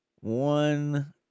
one